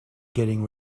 getting